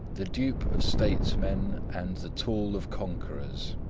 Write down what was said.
the dupe of statesmen and the tool of conquerors.